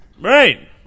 Right